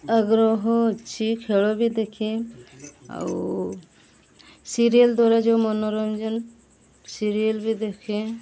ଆଗ୍ରହ ଅଛି ଖେଳ ବି ଦେଖେ ଆଉ ସିରିଏଲ୍ ଦ୍ୱାରା ଯେଉଁ ମନୋରଞ୍ଜନ ସିରିଏଲ୍ବି ଦେଖେ